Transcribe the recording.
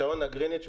שעון ה-GMT,